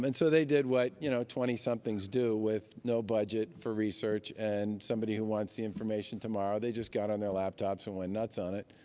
um and so they did what you know twenty somethings do, with no budget for research and somebody who wants the information tomorrow. they just got on their laptops and went nuts on it.